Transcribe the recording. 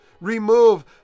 Remove